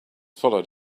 followed